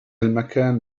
المكان